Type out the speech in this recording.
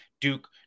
Duke